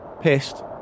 pissed